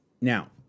Now